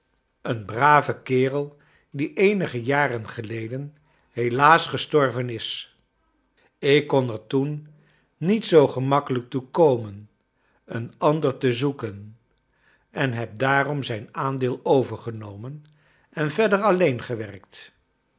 een brave kerel die eenige jaren geleden helaas gestorven is ik kon er toen niet zoo gemakkelijk toe komen een ander te zoeken en heb daarom zijn aandeel overgenomen en verder alleen gewerkt